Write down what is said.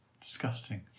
disgusting